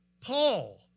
Paul